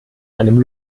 einem